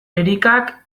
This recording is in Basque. erikak